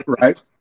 right